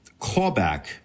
clawback